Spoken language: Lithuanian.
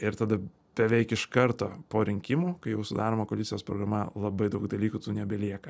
ir tada beveik iš karto po rinkimų kai jau sudaroma koalicijos programa labai daug dalykų tų nebelieka